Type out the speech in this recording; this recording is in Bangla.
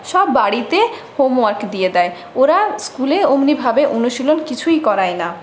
সব বাড়িতে হোমওয়ার্ক দিয়ে দেয় ওরা স্কুলে অমনিভাবে অনুশীলন কিছুই করায় না